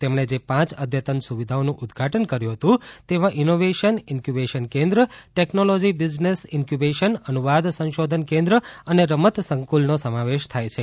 તેમણે જે પાંચ અદ્યતન સુવિધાઓનું ઉદ્વાટન કર્યું હતું તેમાં ઇનોવેશન ઇન્ક્યૂબેશન કેન્દ્ર ટેકનોલોજી બિઝનેસ ઇનક્યુબેશન અનુવાદ સંશોધન કેન્દ્ર અને રમત સંકુલનો સમાવેશ થાય છે